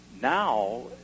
Now